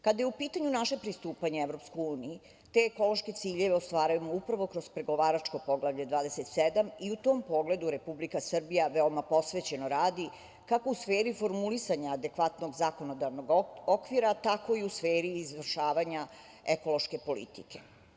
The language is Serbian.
Kada je upitanju naše pristupanje EU, te ekološke ciljeve ostvarujemo upravo kroz pregovaračko Poglavlje 27. i u tom pogledu Republika Srbija veoma posvećeno radi kako u sferi formulisanja adekvatnog zakonodavnog okvira, tako i u sferi izvršavanja ekološke politike.